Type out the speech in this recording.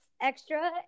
extra